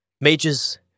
Mages